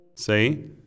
Say